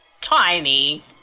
tiny